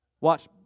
Watch